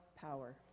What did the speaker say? power